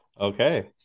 Okay